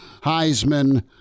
Heisman